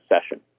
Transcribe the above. session